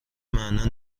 معنا